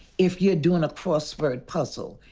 if you're doing a crossword puzzle,